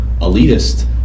elitist